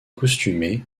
costumé